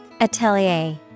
Atelier